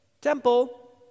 temple